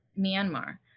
Myanmar